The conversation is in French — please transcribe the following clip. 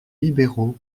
libéraux